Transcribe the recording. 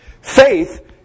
faith